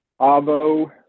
Avo